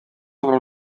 sobre